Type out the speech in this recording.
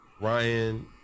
Ryan